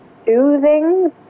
soothing